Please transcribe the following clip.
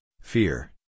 fear